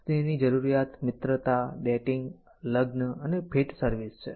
સ્નેહની જરૂરિયાત મિત્રતા ડેટિંગ લગ્ન અને ભેટ સર્વિસ છે